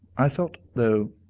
i thought, though,